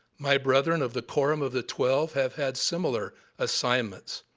my brethren of the quorum of the twelve have had similar assignments.